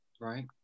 Right